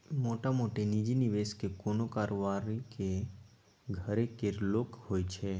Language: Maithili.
मोटामोटी निजी निबेशक कोनो कारोबारीक घरे केर लोक होइ छै